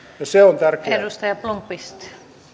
se on